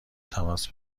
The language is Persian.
تماس